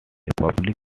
public